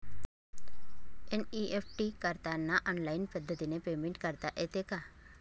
NEFT करताना online पद्धतीने payment करता येते का?